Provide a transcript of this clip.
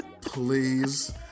please